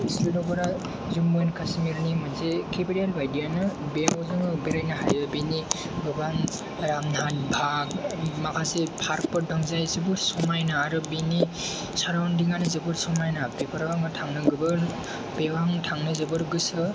श्रीनगरा Jammu and काश्मीरनि मोनसे capital बायदियानो बेयाव जोङो बेरायनो हायो बिनि गोबां रामबानभाग माखासे पार्कफोर दं जायसिफोर समायना आरो बिनि सारावन्दिङानो जोबोद समायना बेफोराव आङो थांनो जोबोद बेयाव आं थांनो जोबोद गोसो